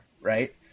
Right